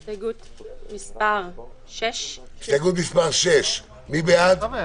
הסתייגות מס' 5. מי בעד ההסתייגות?